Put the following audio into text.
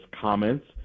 comments